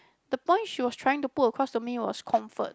the point she was trying to put across to me was comfort